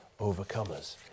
overcomers